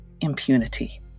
impunity